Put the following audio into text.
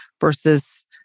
versus